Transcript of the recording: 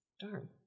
Darn